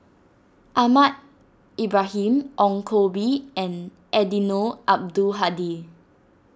Ahmad Ibrahim Ong Koh Bee and Eddino Abdul Hadi